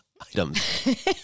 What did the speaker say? items